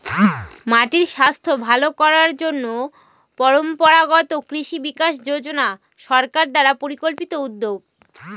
মাটির স্বাস্থ্য ভালো করার জন্য পরম্পরাগত কৃষি বিকাশ যোজনা সরকার দ্বারা পরিকল্পিত উদ্যোগ